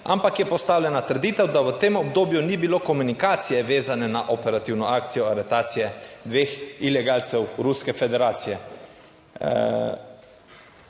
ampak je postavljena trditev, da v tem obdobju ni bilo komunikacije, vezane na operativno akcijo aretacije dveh ilegalcev Ruske federacije.